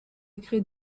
degré